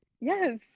Yes